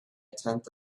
tenth